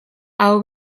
aho